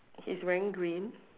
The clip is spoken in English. he's wearing green